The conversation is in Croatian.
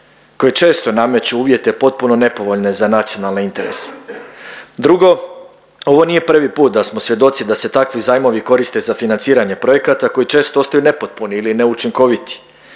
koje često nameću uvjete potpuno nepovoljne za nacionalne interese. Drugo, ovo nije prvi put da smo svjedoci da se takvi zajmovi koriste za financiranje projekata koji često ostanu nepotpuni ili neučinkoviti.